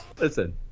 listen